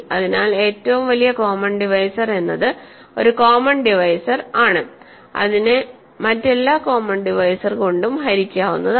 അതിനാൽ ഏറ്റവും വലിയ കോമൺ ഡിവൈസർ എന്നത് ഒരു കോമൺ ഡിവൈസർ ആണ് അതിനെ മറ്റെല്ലാ കോമൺ ഡിവൈസർ കൊണ്ടും ഹരിക്കാവുന്നതാണ്